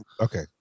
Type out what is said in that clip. okay